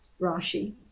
Rashi